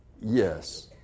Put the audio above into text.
yes